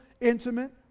intimate